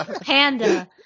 panda